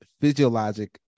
physiologic